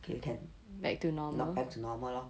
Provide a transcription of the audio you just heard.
they can back to normal lor